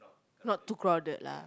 not too crowded lah